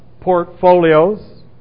portfolios